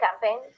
campaign